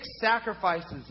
sacrifices